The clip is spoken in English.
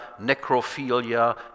necrophilia